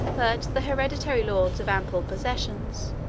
but the hereditary lords of ample possessions,